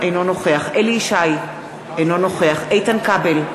אינו נוכח אליהו ישי, אינו נוכח איתן כבל,